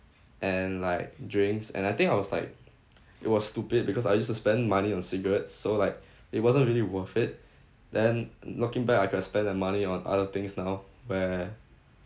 and like drinks and I think I was like it was stupid because I used to spend money on cigarettes so like it wasn't really worth it then looking back I can spend the money on other things now where